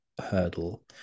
hurdle